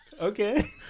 Okay